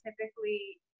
typically